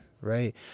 right